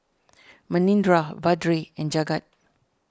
Manindra Vedre and Jagat